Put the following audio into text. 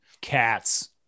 Cats